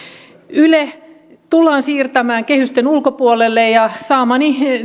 yle tullaan siirtämään kehysten ulkopuolelle ja saamieni